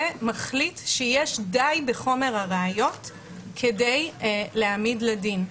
ומחליט שיש די בחומר הראיות כדי להעמיד לדין.